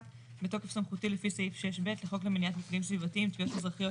בתוקף סמכותי לפי סעיף 6 ב' לחוק למניעת מפגעים סביבתיים (תביעות אזרחיות)